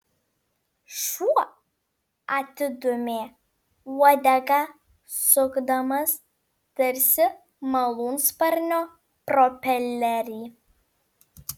šuo atidūmė uodegą sukdamas tarsi malūnsparnio propelerį